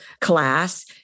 class